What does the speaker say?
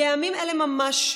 בימים אלה ממש,